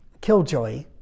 killjoy